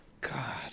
God